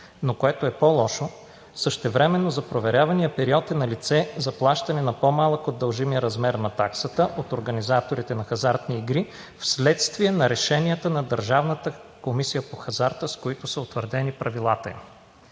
но което е по-лошо – същевременно за проверявания период е налице заплащане на по-малък от дължимия размер на таксата от организаторите на хазартни игри вследствие на решенията на Държавната комисия по хазарта, с които са утвърдени правилата им“.